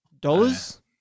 Dollars